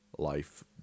life